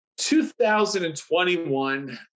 2021